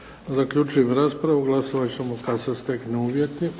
Zaključujem raspravu. Glasovat ćemo kad se steknu uvjeti.